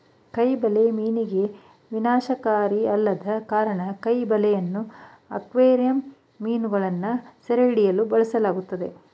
ಕೈ ಬಲೆ ಮೀನಿಗೆ ವಿನಾಶಕಾರಿಯಲ್ಲದ ಕಾರಣ ಕೈ ಬಲೆಯನ್ನು ಅಕ್ವೇರಿಯಂ ಮೀನುಗಳನ್ನು ಸೆರೆಹಿಡಿಯಲು ಬಳಸಲಾಗ್ತದೆ